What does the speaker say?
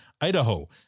Idaho